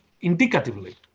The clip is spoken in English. Indicatively